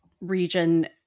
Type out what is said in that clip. region